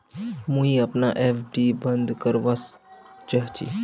मुई अपना एफ.डी बंद करवा चहची